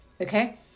Okay